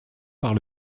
par